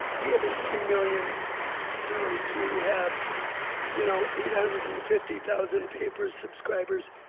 we have eighteen million viewers. we have you know eight hundred and fifty thousand paper subscribers.